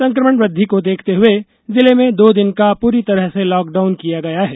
संकमण वृद्धि को देखते हुए जिले दो दिन का पूरी तरह से लॉकडाउन किया गया है